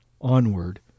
onward